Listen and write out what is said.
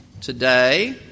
Today